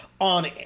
on